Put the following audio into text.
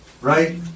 Right